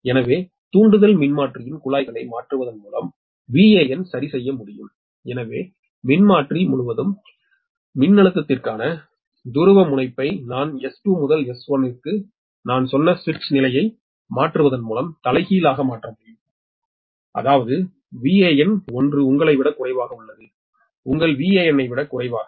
எனவே தூண்டுதல் மின்மாற்றியின் குழாய்களை மாற்றுவதன் மூலம் வான் சரிசெய்ய முடியும் தொடர் மின்மாற்றி முழுவதும் மின்னழுத்தத்தின் துருவமுனைப்பை நான் S2 முதல் S1 க்கு நான் சொன்ன சுவிட்ச் நிலையை மாற்றுவதன் மூலம் தலைகீழாக மாற்ற முடியும் அதாவது வான் 1 உங்கள் விட குறைவாக உள்ளது உங்கள் வேனை விட குறைவாக